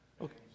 Okay